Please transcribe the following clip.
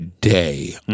day